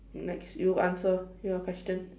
next you answer your question